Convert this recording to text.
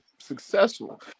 successful